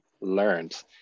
learned